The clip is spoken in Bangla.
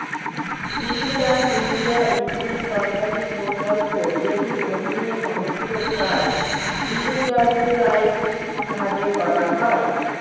ডিজিটাল ইন্ডিয়া একটি সরকারি প্রকল্প যেটির অধীনে সমস্ত কাজ ডিজিটালাইসড ভাবে করা হয়